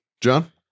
John